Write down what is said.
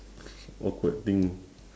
awkward thing